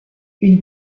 une